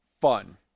fun